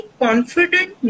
confident